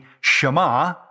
Shema